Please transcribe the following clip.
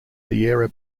sierra